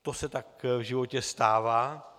To se tak v životě stává.